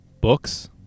books